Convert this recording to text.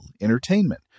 entertainment